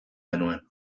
genuen